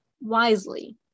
Wisely